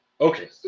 Okay